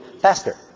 Faster